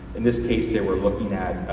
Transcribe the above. in this case, they were looking at